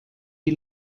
die